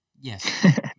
yes